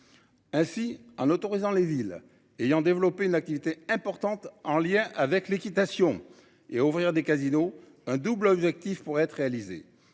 Ainsi, en autorisant les villes ayant développé une activité importante en lien avec l'équitation et à ouvrir des casinos un double objectif pourrait être réalisé,